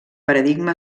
paradigma